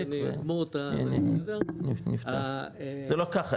זה לא ככה,